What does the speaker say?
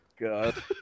God